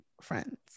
friends